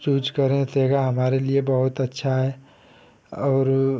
choose करें सेगा हमारे लिए बहुत अच्छा है और